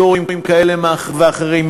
פטורים כאלה ואחרים,